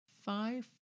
five